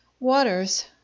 Waters